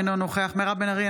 אינו נוכח מירב בן ארי,